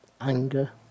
anger